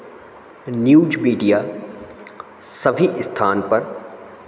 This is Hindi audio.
न्यूज मीडिया सभी स्थान पर